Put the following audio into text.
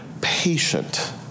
patient